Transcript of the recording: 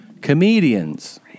comedians